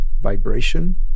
vibration